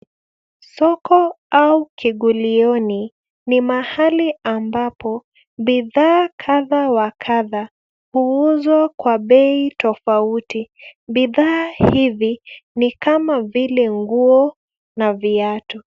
Soko au kigulioni ni mahali ambapo bidhaa kadha wa kadha huuzwa kwa bei tofauti. Bidhaa hizi ni kama vile nguo na viatu.